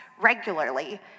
regularly